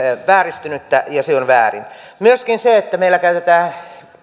vääristynyttä ja se on väärin myöskin se että meillä käytetään